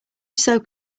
soap